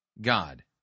God